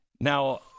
Now